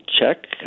check